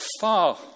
far